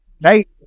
Right